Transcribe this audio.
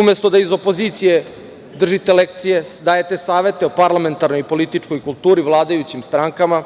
Umesto da iz opozicije držite lekcije, dajete savete o parlamentarnoj i političkog kulturi vladajućim strankama,